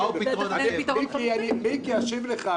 תן לי, מיקי, אני כבר אשיב לך.